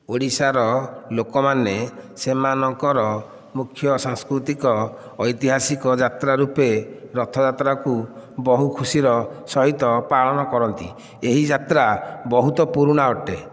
ଓଡ଼ିଶାର ଲୋକମାନେ ସେମାନଙ୍କର ମୁଖ୍ୟ ସାଂସ୍କୃତିକ ଐତିହାସିକ ଯାତ୍ରା ରୂପେ ରଥଯାତ୍ରାକୁ ବହୁ ଖୁସିର ସହିତ ପାଳନ କରନ୍ତି ଏହି ଯାତ୍ରା ବହୁତ ପୁରୁଣା ଅଟେ